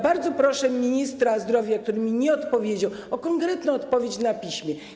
Bardzo proszę ministra zdrowia, który mi nie odpowiedział, o konkretną odpowiedź na piśmie.